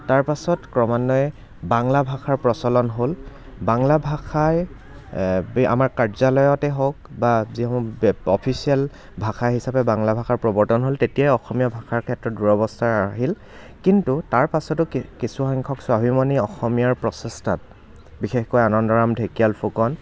তাৰ পাছত ক্ৰমান্বয়ে বাংলা ভাষাৰ প্ৰচলন হ'ল বাংলা ভাষাই আমাৰ কাৰ্যালয়তেই হওক বা যিসমূহ বে অফিচিয়েল ভাষা হিচাপে বাংলা ভাষাৰ প্ৰৱৰ্তন হ'ল তেতিয়াই অসমীয়া ভাষাৰ ক্ষেত্ৰত দূৰৱস্থা আহিল কিন্তু তাৰ পাছতো কিছুসংখ্যক স্বাভিমানী অসমীয়াৰ প্ৰচেষ্টাত বিশেষকৈ আনন্দৰাম ঢেকীয়াল ফুকন